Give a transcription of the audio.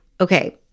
okay